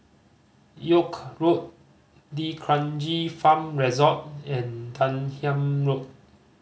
York Road D'Kranji Farm Resort and Denham Road